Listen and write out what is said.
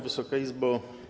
Wysoka Izbo!